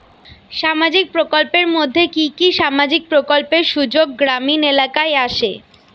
সামাজিক প্রকল্পের মধ্যে কি কি সামাজিক প্রকল্পের সুযোগ গ্রামীণ এলাকায় আসে?